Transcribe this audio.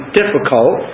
difficult